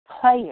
player